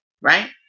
right